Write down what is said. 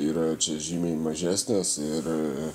yra čia žymiai mažesnės ir